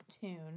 tune